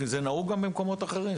זה דבר שנהוג לדרוש גם במקומות אחרים,